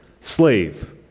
slave